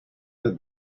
with